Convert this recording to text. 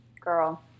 girl